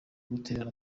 guterana